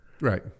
Right